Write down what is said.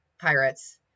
pirates